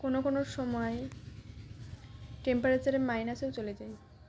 কোনো কোনো সময় টেম্পারেচারে মাইনাসেও চলে যায়